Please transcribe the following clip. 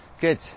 good